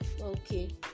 Okay